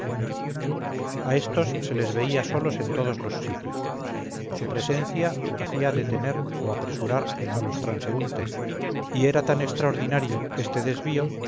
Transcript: a estos se les veía solos en todos los sitios su presencia hacía detener o apresurar a los transeúntes y era tan extraordinario este desvío